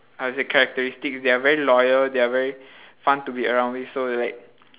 how to say characteristics they are very loyal they are very fun to be around with so like